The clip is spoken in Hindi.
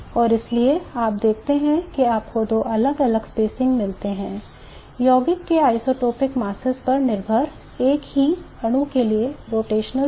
और इसलिए आप देखते हैं कि आपको दो अलग अलग स्पेसिंग मिलते हैं यौगिक के isotopic masses पर निर्भर एक ही अणु के लिए rotational spacings